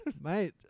mate